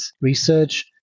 research